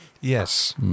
Yes